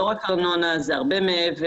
זאת לא רק ארנונה אלא זה הרבה מעבר,